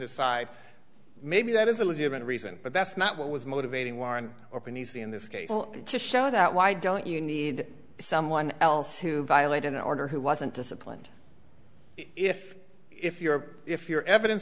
decide maybe that is a legitimate reason but that's not what was motivating warren open easy in this case to show that why don't you need someone else who violated an order who wasn't disciplined if if you're if your evidence